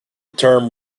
term